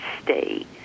state